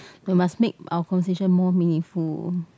no must make our conversation more meaningful